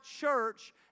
church